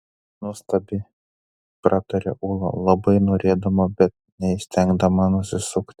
nuostabi prataria ūla labai norėdama bet neįstengdama nusisukti